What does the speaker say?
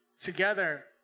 Together